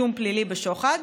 אישום פלילי בשוחד.